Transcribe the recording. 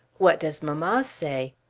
what does mamma say?